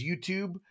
YouTube